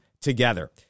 together